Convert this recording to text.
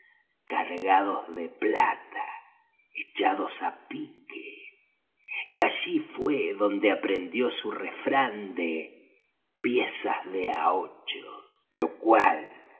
cargados de plata echados á pique y allí fué donde aprendió su refrán de piezas de á ocho lo cual